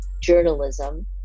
journalism